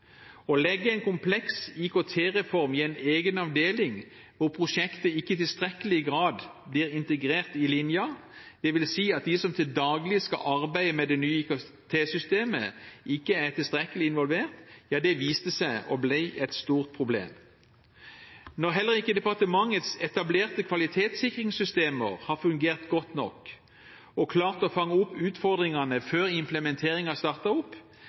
Å legge en kompleks IKT-reform i en egen avdeling, hvor prosjektet ikke i tilstrekkelig grad blir integrert i linjen, dvs. at de som til daglig skal arbeide med det nye IKT-systemet, ikke er tilstrekkelig involvert, viste seg å bli et stort problem. Når heller ikke departementets etablerte kvalitetssikringssystemer har fungert godt nok og klart å fange opp utfordringene før implementeringen startet opp,